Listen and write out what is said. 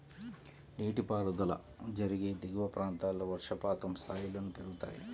నీటిపారుదల జరిగే దిగువ ప్రాంతాల్లో వర్షపాతం స్థాయిలను పెరుగుతాయి